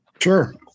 Sure